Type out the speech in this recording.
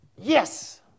Yes